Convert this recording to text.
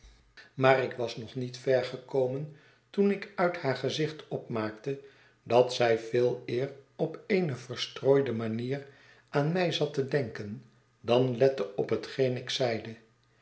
maar ik was nog niet ver gekomen toen ik uit haar gezicht opmaakte dat zij veeleer op eene verstrooide manier aan mij zat te denken dan lette op hetgeen ik zeide